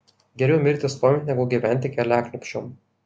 geriau mirti stovint negu gyventi keliaklupsčiom